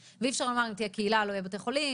ואי אפשר לומר שאם תהיה קהילה לא יהיו בתי חולים,